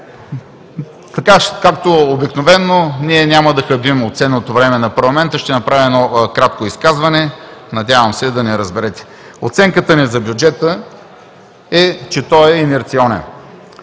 случи. Както обикновено, ние няма да хабим от ценното време на парламента. Ще направя едно кратко изказване, надявам се да ни разберете. Оценката ни за бюджета е, че той е инерционен,